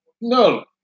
No